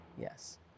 Yes